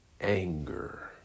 anger